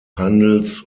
handels